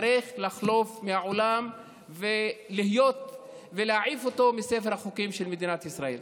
צריך לחלוף מן העולם ולהעיפו מספר החוקים של מדינת ישראל.